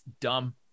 dumb